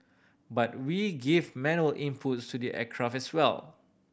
but we give manual inputs to the aircraft as well